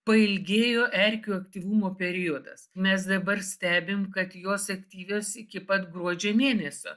pailgėjo erkių aktyvumo periodas mes dabar stebim kad jos aktyvios iki pat gruodžio mėnesio